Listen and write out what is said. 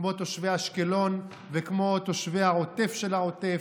כמו תושבי אשקלון וכמו תושבי העוטף של העוטף,